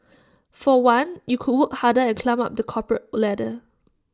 for one you could work harder and climb up the corporate ladder